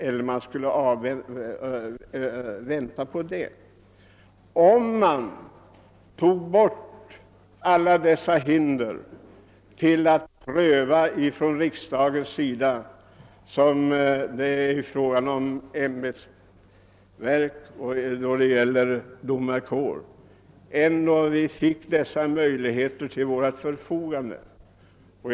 Om man toge bort alla de hinder som föreligger för riksdagen att pröva frågor som gäller ämbetsverk och domarkår, skulle vi ändå kunne se till att lagen följs.